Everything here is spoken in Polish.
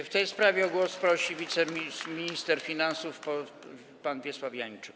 W tej sprawie o głos prosi wiceminister finansów pan Wiesław Janczyk.